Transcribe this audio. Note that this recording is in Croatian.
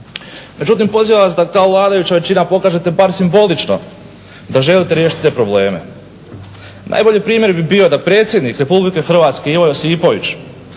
međutim pozivam vas da ta vladajuća većina pokažete bar simbolično da želite riješiti te probleme. Najbolji primjer bi bio da predsjednik RH Ivo Josipović